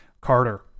Carter